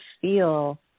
feel